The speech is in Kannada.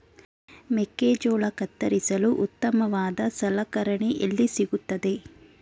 ಮೆಕ್ಕೆಜೋಳ ಕತ್ತರಿಸಲು ಉತ್ತಮವಾದ ಸಲಕರಣೆ ಎಲ್ಲಿ ಸಿಗುತ್ತದೆ?